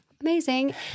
amazing